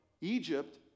Egypt